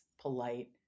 polite